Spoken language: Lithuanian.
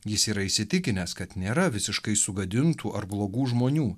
jis yra įsitikinęs kad nėra visiškai sugadintų ar blogų žmonių